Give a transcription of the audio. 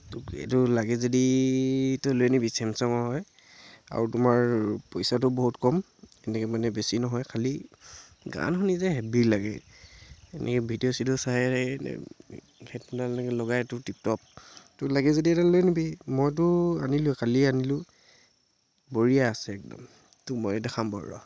তোক এইটো লাগে যদি তই লৈ আনিবি ছেমচাঙৰ হয় আৰু তোমাৰ পইচাটো বহুত কম এনেকৈ মানে বেছি নহয় খালী গান শুনি যে হেব্বী লাগে এনেই ভিডিঅ' চিডিঅ' চাই আৰু এনেই হেডফোনডাল এনেকৈ লগাই তোৰ টিপটপ তোৰ লাগে যদি এডাল লৈ আনিবি মইতো আনিলোয়ে কালিয়ে আনিলোঁ বঢ়িয়া আছে একদম তোক মইয়ে দেখাম বাৰু ৰহ